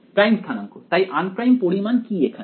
prime স্থানাঙ্ক তাই unprimed পরিমাণ কি এখানে